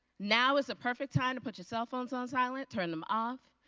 now is a perfect time to put your cell phones on silent, turn them off.